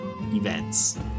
events